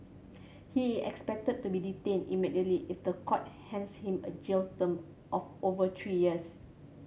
he expected to be detained immediately if the court hands him a jail term of over three years